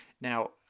Now